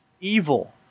evil